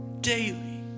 daily